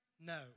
No